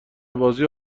بازیرو